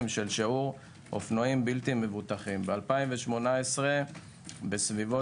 של שיעור אופנועים בלתי מבוטחים ב-2018 כ-38%,